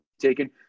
taken